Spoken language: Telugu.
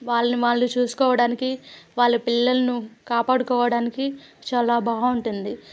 వాళ్ళని వాళ్ళు చూసుకోవడానికి వాళ్ళ పిల్లలను కాపాడుకోవడానికి చాలా బాగుంటుంది